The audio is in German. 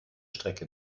strecke